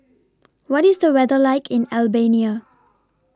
What IS The weather like in Albania